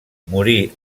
morí